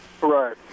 Right